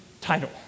title